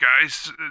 guys